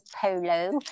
polo